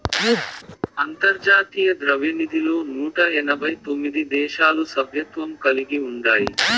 అంతర్జాతీయ ద్రవ్యనిధిలో నూట ఎనబై తొమిది దేశాలు సభ్యత్వం కలిగి ఉండాయి